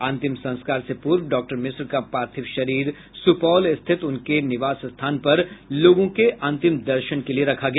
अंतिम संस्कार से पूर्व डॉक्टर मिश्र का पार्थिव शरीर सुपौल स्थित उनके निवास स्थल पर लोगों के अंतिम दर्शन के लिये रखा गया